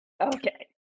Okay